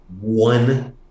one